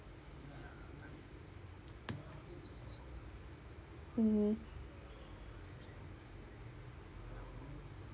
mmhmm